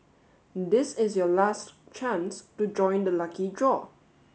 this is your last chance to join the lucky draw